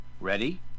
Ready